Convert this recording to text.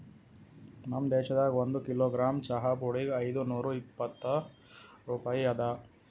ನಮ್ ದೇಶದಾಗ್ ಒಂದು ಕಿಲೋಗ್ರಾಮ್ ಚಹಾ ಪುಡಿಗ್ ಐದು ನೂರಾ ಇಪ್ಪತ್ತು ರೂಪಾಯಿ ಅದಾ